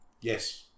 Yes